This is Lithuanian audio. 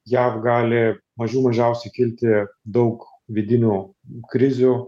jam gali mažų mažiausiai kilti daug vidinių krizių